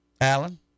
Alan